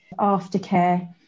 aftercare